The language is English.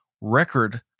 record